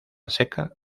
seca